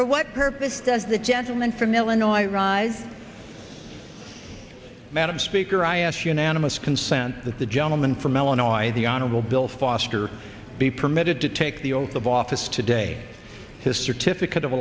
but what purpose does the gentleman from illinois i rise madam speaker i ask unanimous consent that the gentleman from illinois the honorable bill foster be permitted to take the oath of office today to certificate of